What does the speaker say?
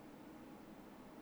I don't know eh